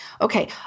okay